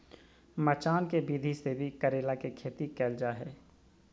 मचान के विधि से भी करेला के खेती कैल जा हय